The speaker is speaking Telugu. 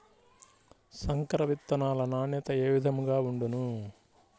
సంకర విత్తనాల నాణ్యత ఏ విధముగా ఉండును?